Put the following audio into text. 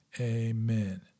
Amen